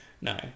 no